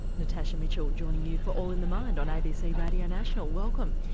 natasha mitchell joining you for all in the mind on abc radio national, welcome.